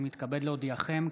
אני מתכבד להודיעכם,